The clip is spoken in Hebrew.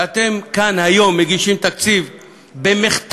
ואתם כאן היום מגישים תקציב במחטף.